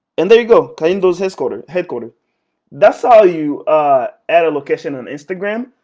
and there you go. kahindo's headquarters. headquarter that's how you add a location on instagram.